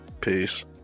Peace